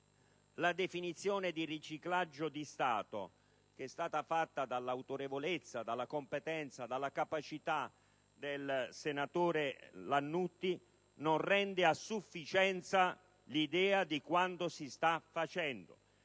la definizione di riciclaggio di Stato fatta dall'autorevolezza, dalla competenza e dalla capacità del senatore Lannutti non rende a sufficienza l'idea di quanto si sta facendo.